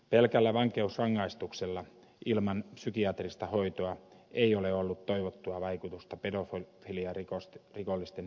pelkällä vankeusrangaistuksella ilman psykiatrista hoitoa ei ole ollut toivottua vaikutusta pedofiliarikollisten käyttäytymiseen